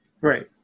Right